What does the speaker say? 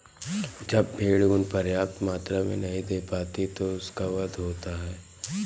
जब भेड़ ऊँन पर्याप्त मात्रा में नहीं दे पाती तो उनका वध होता है